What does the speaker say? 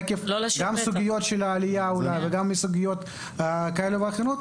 עקב סוגיות של עלייה ועקב סוגיות כאלה ואחרות.